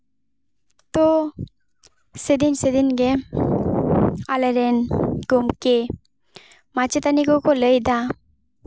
ᱛᱚ ᱥᱮᱫᱤᱱ ᱥᱮᱫᱤᱱ ᱜᱮ ᱟᱞᱮᱨᱮᱱ ᱜᱚᱢᱠᱮ ᱢᱟᱪᱮᱛᱟᱹᱱᱤ ᱠᱚᱠᱚ ᱞᱟᱹᱭᱫᱟ